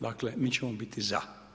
Dakle, mi ćemo biti za.